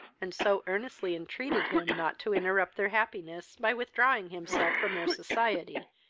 and so earnestly entreated him not to interrupt their happiness, by withdrawing himself from their society,